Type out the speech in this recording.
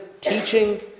teaching